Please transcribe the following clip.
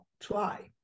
try